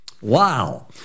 Wow